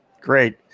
Great